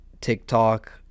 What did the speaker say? TikTok